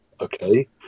okay